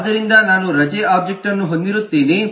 ಆದ್ದರಿಂದ ನಾನು ರಜೆ ಒಬ್ಜೆಕ್ಟ್ಅನ್ನು ಹೊಂದಿರುತ್ತೇನೆ